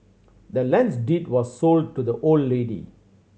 the land's deed was sold to the old lady